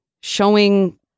showing